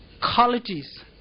qualities